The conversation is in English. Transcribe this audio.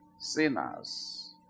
sinners